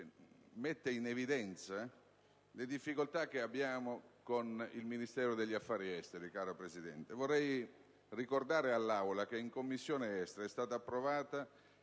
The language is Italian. mette in evidenza le difficoltà che abbiamo con il Ministero degli affari esteri.